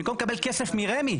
במקום לקבל כסף מרמ"י,